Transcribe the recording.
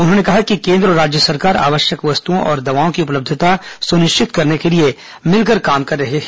उन्होंने कहा कि केन्द्र और राज्य सरकार आवश्यक वस्प्तुओं और दवाओं की उपलब्यता सुनिश्चित करने के लिए मिलकर काम कर रहे हैं